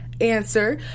answer